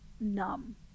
numb